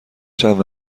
چند